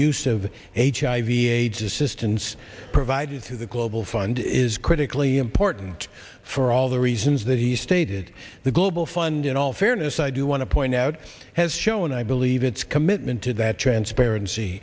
use of hiv aids assistance provided through the global fund is critically important for all the reasons that he stated the global fund in all fairness i do want to point out has shown i believe its commitment to that transparency